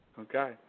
Okay